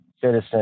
citizen